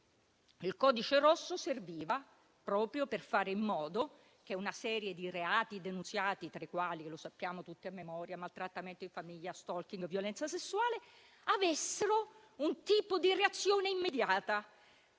alle indagini, proprio per fare in modo che una serie di reati denunziati, tra i quali - li sappiamo tutti a memoria - maltrattamento in famiglia, *stalking* e violenza sessuale, avessero un tipo di reazione immediata.